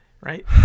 right